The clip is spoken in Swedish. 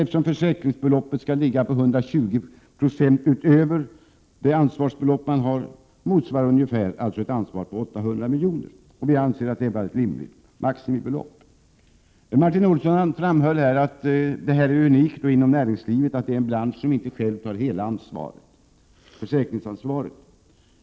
Eftersom försäkringsbeloppet skall ligga på 120 20 av ansvarighetsbeloppet motsvarar detta ett ansvar på 800 milj.kr. Vi anser att detta är ett rimligt maximibelopp. Martin Olsson framhöll att det är unikt inom näringslivet att en bransch inte tar hela försäkringsansvaret.